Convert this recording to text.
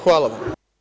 Hvala vam.